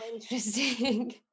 Interesting